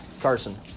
Carson